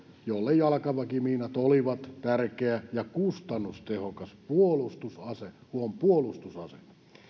jolle jalkaväkimiinat olivat tärkeä ja kustannustehokas puolustusase huom puolustusase